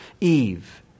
Eve